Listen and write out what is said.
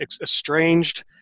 estranged